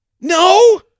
no